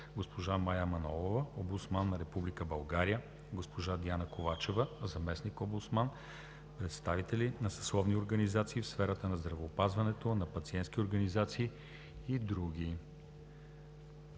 госпожа Мая Манолова – омбудсман на Република България, госпожа Диана Ковачева – заместник-омбудсман, представители на съсловните организации в сферата на здравеопазването, на пациентските организации и други.